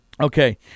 Okay